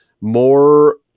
more